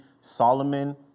Solomon